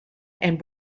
and